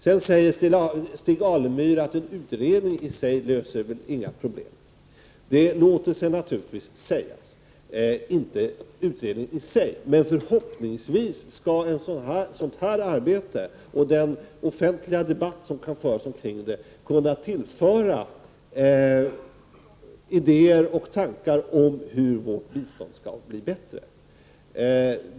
Sedan säger Stig Alemyr att en utredning i sig inte löser några problem. Det låter sig naturligtvis säga. Utredningen i sig löser inga problem, men förhoppningsvis kan ett sådant arbete, och den offentliga debatt som kan föras omkring det, tillföra idéer och tankar om hur vårt bistånd skall bli bättre.